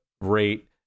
rate